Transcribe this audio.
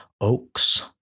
oaks